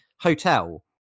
hotel